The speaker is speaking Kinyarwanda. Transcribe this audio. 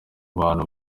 bantu